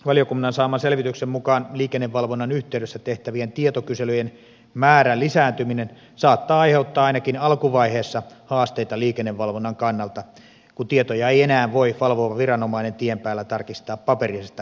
valiokunnan saaman selvityksen mukaan liikennevalvonnan yhteydessä tehtävien tietokyselyjen määrän lisääntyminen saattaa aiheuttaa ainakin alkuvaiheessa haasteita liikennevalvonnan kannalta kun tietoja ei enää voi valvova viranomainen tien päällä tarkistaa paperisesta rekisteriotteesta